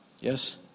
Yes